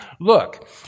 Look